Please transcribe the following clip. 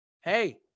hey